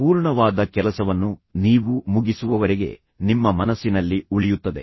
ಅಪೂರ್ಣವಾದ ಕೆಲಸವನ್ನು ನೀವು ಮುಗಿಸುವವರೆಗೆ ನಿಮ್ಮ ಮನಸ್ಸಿನಲ್ಲಿ ಉಳಿಯುತ್ತದೆ